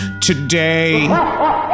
today